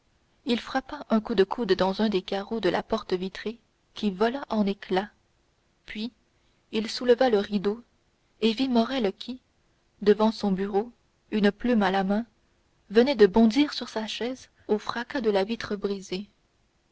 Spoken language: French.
il frappa un coup de coude dans un des carreaux de la porte vitrée qui vola en éclats puis il souleva le rideau et vit morrel qui devant son bureau une plume à la main venait de bondir sur sa chaise au fracas de la vitre brisée